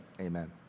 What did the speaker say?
amen